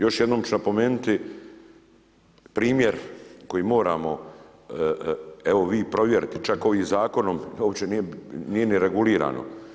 Još jednom ću napomenuti primjer koji moramo, evo vi provjerite čak ovim zakonom nije regulirano.